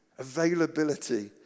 availability